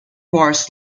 bars